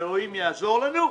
שאלוהים יעזור לנו.